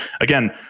again